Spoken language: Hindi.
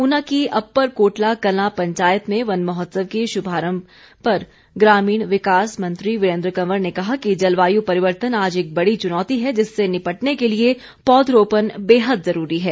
ऊना की अप्पर कोटला कलां पंचायत में वन महोत्सव के शुभारम्भ पर ग्रामीण विकास मंत्री वीरेन्द्र कंवर ने कहा कि जलवायु परिवर्तन आज एक बड़ी चुनौती है जिससे निपटने के लिए पौधरोपण बेहद जुरूरी है